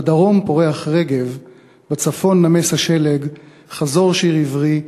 / בדרום פורח רגב בצפון נמס השלג / חזור שיר עברי,